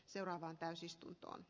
seuraava täysistunto